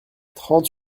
trente